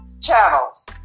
channels